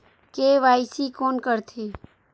KYC कोन करथे?